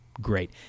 great